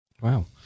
Wow